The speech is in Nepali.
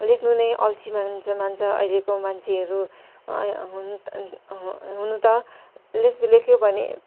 लेख्नु नै अल्छि मान्छ अहिलेको मान्छेहरू हुनु त लेख लेख्यो भने